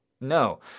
No